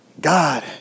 God